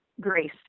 grace